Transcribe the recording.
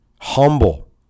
Humble